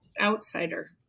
outsider